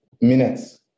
minutes